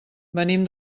venim